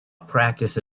practice